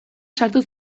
sartu